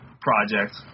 project